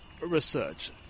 research